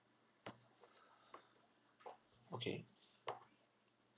okay